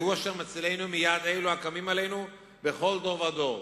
והוא אשר מצילנו מיד אלו הקמים עליו בכל דור ודור.